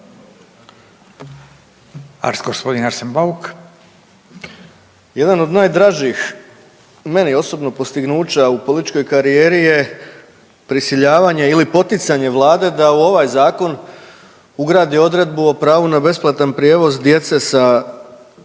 Gospodin Arsen Bauk.